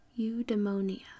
Eudaimonia